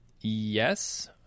Yes